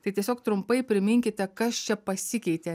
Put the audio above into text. tai tiesiog trumpai priminkite kas čia pasikeitė